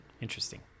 interesting